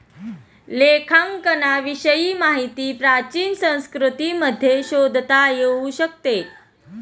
लेखांकनाविषयी माहिती प्राचीन संस्कृतींमध्ये शोधता येऊ शकते